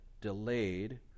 delayed